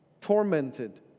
tormented